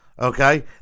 okay